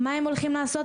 מה הם הולכים לעשות?